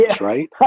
right